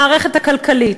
במערכת הכלכלית,